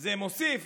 זה מוסיף